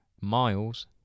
miles